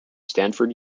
stanford